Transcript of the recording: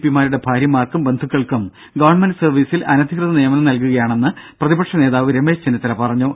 പിമാരുടെ ഭാര്യമാർക്കും ബന്ധുക്കൾക്കും ഗവൺമെന്റ് സർവീസിൽ അനധികൃത നിയമനം നൽകുകയാണെന്ന് പ്രതിപക്ഷ നേതാവ് രമേശ് ചെന്നിത്തല പറഞ്ഞു